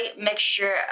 mixture